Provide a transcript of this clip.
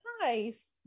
Nice